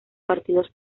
partidos